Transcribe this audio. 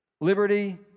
liberty